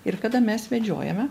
ir kada mes vedžiojame